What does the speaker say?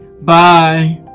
Bye